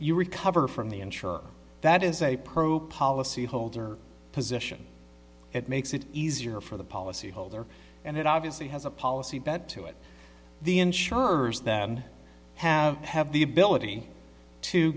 you recover from the insure that is a pro policy holder position it makes it easier for the policy holder and it obviously has a policy bed to it the insurers than have have the ability to